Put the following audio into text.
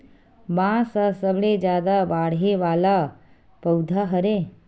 बांस ह सबले जादा बाड़हे वाला पउधा हरय